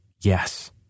Yes